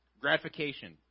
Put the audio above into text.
gratification